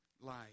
life